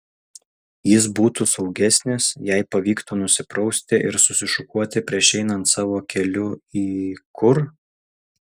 jis būtų saugesnis jei pavyktų nusiprausti ir susišukuoti prieš einant savo keliu į kur